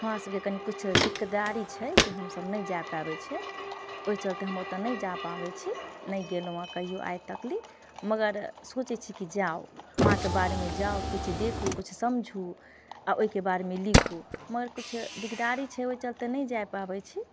हमरा सबके कननि किछु दिकदारी छै कि हमसब नहि जा पाबैत छियै ओहि चलते हम ओतऽ नहि जा पाबैत छी नहि गेलहुँ हँ कहिओ आइ तकले मगर सोचैत छी कि जाउ वहाँके बारेमे जाउ किछु देखू किछु समझू आ ओहिके बारेमे लिखू मगर किछु दिकदारी छै ओहि चलते नहि जाय पाबैत छी